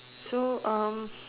so uh